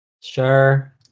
sure